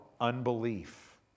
unbelief